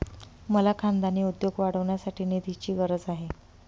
मला खानदानी उद्योग वाढवण्यासाठी निधीची गरज आहे